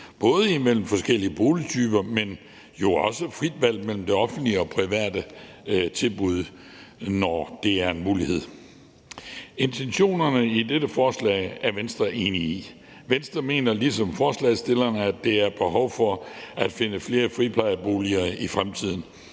både mellem forskellige boligtyper, men jo også mellem de offentlige og private tilbud, når det er en mulighed. Intentionerne i dette forslag er Venstre enige i. Venstre mener ligesom forslagsstillerne, at der er behov for at finde flere friplejeboliger i fremtiden,